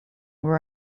were